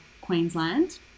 Queensland